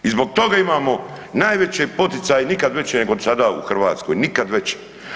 I zbog toga imamo najveće poticaje, nikad veće nego do sad u Hrvatskoj, nikad veće.